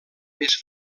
més